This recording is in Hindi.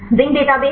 zinc database